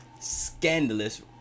scandalous